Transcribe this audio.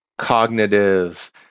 cognitive